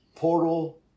portal